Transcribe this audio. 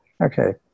okay